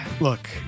Look